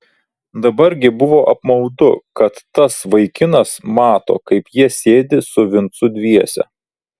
dabar gi buvo apmaudu kad tas vaikinas mato kaip jie sėdi su vincu dviese